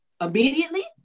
immediately